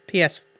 PS